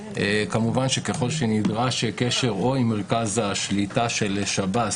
כמובן ככל שנדרש קשר או עם מרכז הקליטה של שב"ס,